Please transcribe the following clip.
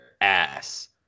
ass